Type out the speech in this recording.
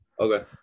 Okay